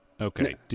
Okay